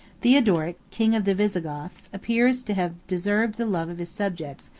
theodoric, king of the visigoths, appears to have deserved the love of his subjects,